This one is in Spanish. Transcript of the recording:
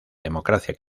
democracia